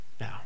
Now